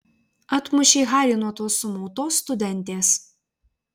atmušei harį nuo tos sumautos studentės